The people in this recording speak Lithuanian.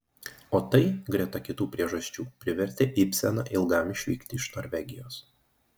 o tai greta kitų priežasčių privertė ibseną ilgam išvykti iš norvegijos